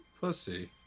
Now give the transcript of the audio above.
pussy